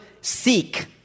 seek